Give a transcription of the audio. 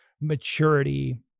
maturity